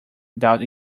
without